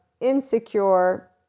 insecure